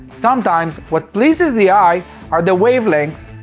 sometimes, what pleases the eye, are the wavelengths,